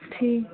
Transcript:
ٹھیٖک